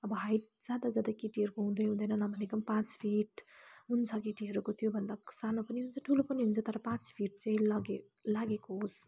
अब हाइट ज्यादा ज्यादा केटीहरूको हुँदै हुँदैन नभनेको पनि पाँच फिट हुन्छ केटीहरूको त्योभन्दा सानो पनि हुन्छ ठुलो पनि हुन्छ तर पाँच फिट चाहिँ लगे लागेको होस्